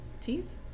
Teeth